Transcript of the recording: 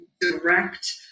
direct